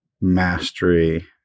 mastery